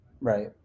Right